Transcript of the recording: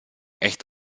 echt